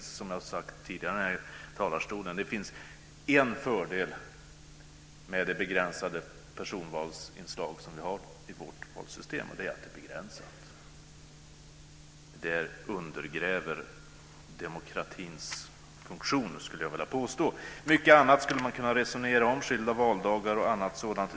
Som jag sagt tidigare i denna talarstol finns det en fördel med det begränsade personvalsinslag som vi har i vårt valsystem, och det är att det är begränsat. Det undergräver demokratins funktion, skulle jag vilja påstå. Mycket annat skulle man kunna resonera om, t.ex. skilda valdagar.